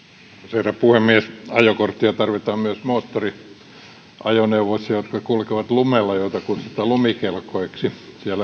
herra puhemies ajokorttia tarvitaan myös moottoriajoneuvoissa jotka kulkevat lumella joita kutsutaan lumikelkoiksi siinä